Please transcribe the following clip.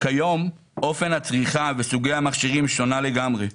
כיום אופן הצריכה וסוגי המכשירים שונה לגמרי.